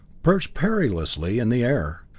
perched perilously in the air,